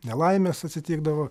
nelaimės atsitikdavo